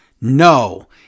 No